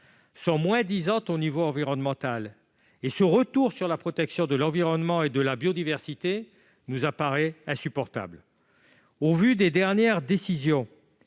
effet moins-disantes au niveau environnemental ; ce retour sur la protection de l'environnement et de la biodiversité nous semble insupportable. Au vu des dernières décisions